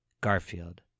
Garfield